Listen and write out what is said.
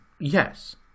yes